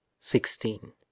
Sixteen